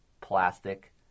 plastic